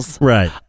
Right